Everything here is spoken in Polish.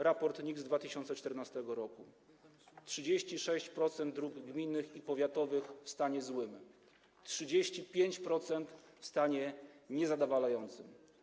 Raport NIK z 2014 r. - 36% dróg gminnych i powiatowych w stanie złym, 35% w stanie niezadowalającym.